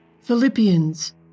Philippians